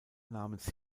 namens